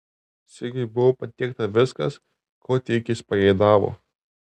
sigiui buvo patiekta viskas ko tik jis pageidavo